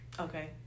Okay